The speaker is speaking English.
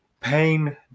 pain